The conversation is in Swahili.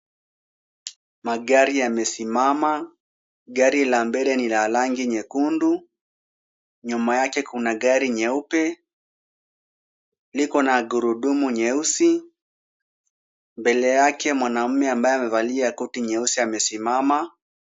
Magari yamesimama. Gari la mbele ni la rangi nyekundu. Nyuma yake kuna gari nyeupe. Liko na gurudumu nyeusi. Mbele yake mwanaume ambaye amevalia koti nyeusi amesimama.